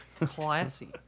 Classy